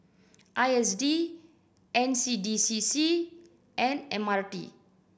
I S D N C D C C and M R T